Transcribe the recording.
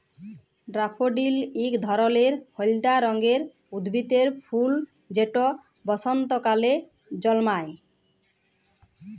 daffodil ইক ধরলের হইলদা রঙের উদ্ভিদের ফুল যেট বসল্তকালে জল্মায়